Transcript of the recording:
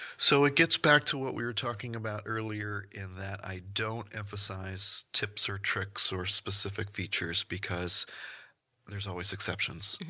so, it gets back to what we were talking about earlier in that i don't emphasize tips or tricks or specific features because there's always exceptions.